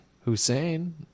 Hussein